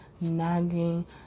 nagging